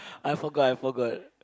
I forgot I forgot